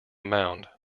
mound